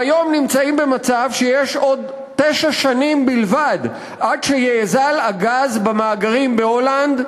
והיום הם במצב שיש עוד תשע שנים בלבד עד שיאזל הגז במאגרים בהולנד,